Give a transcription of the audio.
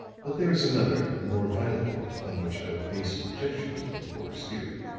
but there is another and more vital point upon which i would base an objection to the reporter's theory.